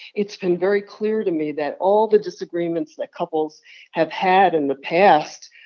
it's been very clear to me that all the disagreements that couples have had in the past,